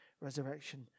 resurrection